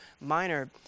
Minor